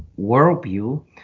worldview